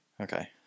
Okay